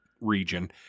region